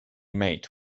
mate